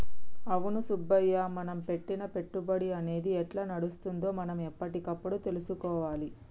అవును సుబ్బయ్య మనం పెట్టిన పెట్టుబడి అనేది ఎట్లా నడుస్తుందో మనం ఎప్పటికప్పుడు తెలుసుకోవాలి